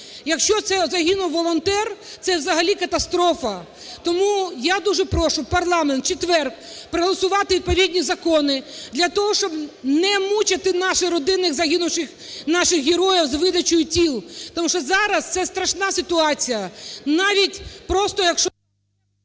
Якщо це загинув волонтер, це взагалі катастрофа. Тому я дуже прошу парламент в четвер проголосувати відповідні закони для того, щоб не мучити наші родини загинувших наших героїв з видачею тіл, тому що зараз це страшна ситуація.